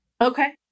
Okay